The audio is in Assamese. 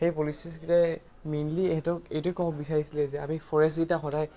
সেই পলিচিছ কেইটাই মেইনলি ইহঁতক এইটোৱে ক'ব বিচাৰিছিলে যে আমি ফৰেষ্টকেইটা সদায়